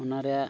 ᱚᱱᱟ ᱨᱮᱭᱟᱜ